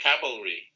cavalry